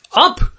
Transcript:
up